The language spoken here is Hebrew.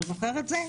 אתה זוכר את זה?